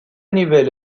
nivel